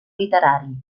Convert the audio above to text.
literari